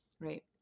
Right